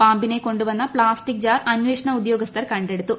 പാമ്പിനെ കൊണ്ടുവന്ന plastic jar അന്വേഷണ ഉദ്യോഗസ്ഥർ കണ്ടെടുത്തു